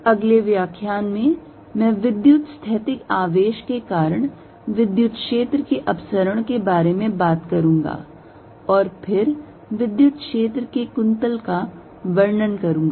अगले व्याख्यान में मैं विद्युतस्थैतिक आवेश के कारण विद्युत क्षेत्र के अपसरण के बारे में बात करूंगा और फिर विद्युत क्षेत्र के कुंतल का वर्णन करूंगा